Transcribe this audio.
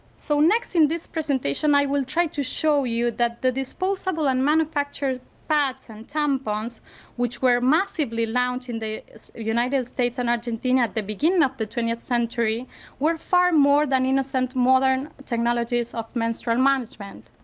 so next in this presentation i will try to show you that the disposable and manufactured pads and tampons which were massively launched in the united states and argentina at the beginning of the twentieth century were far more than innocent modern technologies of menstrual management.